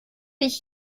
ich